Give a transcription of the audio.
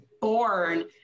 born